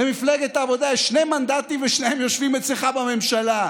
למפלגת העבודה יש שני מנדטים ושניהם יושבים אצלך בממשלה.